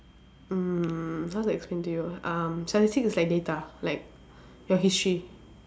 mm how to explain to you um statistics is like data like your history